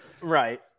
right